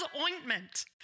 Ointment